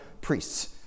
priests